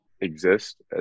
exist